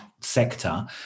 sector